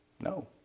No